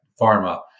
pharma